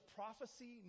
prophecy